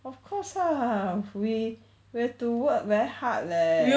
of course lah we we have to work very hard leh